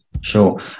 sure